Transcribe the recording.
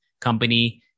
company